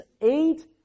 eight